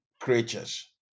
creatures